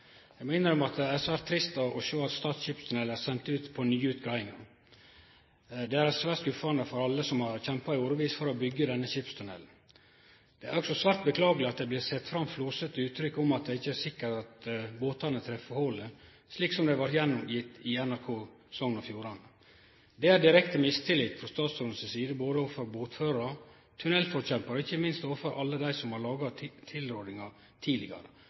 at det er svært trist å sjå at Stad skipstunnel er send ut på nye utgreiingar. Det er svært skuffande for alle som har kjempa i årevis for å byggje denne skipstunnelen. Det er òg svært beklageleg at det blir sett fram flåsete uttrykk om at det ikkje er sikkert at båtane treffer holet, slik det blei gjengitt i NRK Sogn og Fjordane. Det er direkte mistillit frå statsråden si side, både overfor båtførarar, tunnelforkjemparar og ikkje minst overfor alle dei som har laga tilrådingar tidlegare,